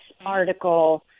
article